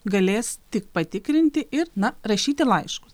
galės tik patikrinti ir na rašyti laiškus